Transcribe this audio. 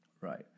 Right